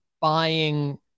buying